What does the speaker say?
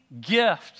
gift